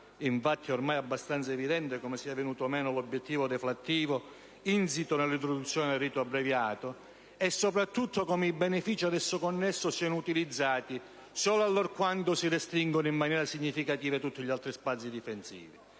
Infatti è ormai abbastanza evidente come sia venuto meno l'obiettivo deflattivo insito nell'introduzione del rito abbreviato e, soprattutto, come i benefìci ad esso connessi siano utilizzati solo allorquando si restringono in maniera significativa tutti gli altri spazi difensivi.